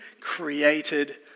created